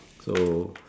so